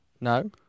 No